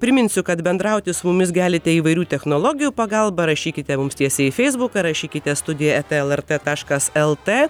priminsiu kad bendrauti su mumis galite įvairių technologijų pagalba rašykite mums tiesiai feisbuką rašykite studija eta lrt taškas lt